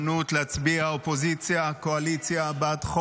עוברים לנושא הבא על סדר-היום,